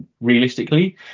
realistically